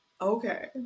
okay